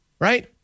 right